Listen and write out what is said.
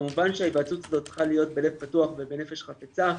כמובן שההיוועצות הזאת צריכה להיות בלב פתוח ובנפש חפצה.